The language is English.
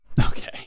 Okay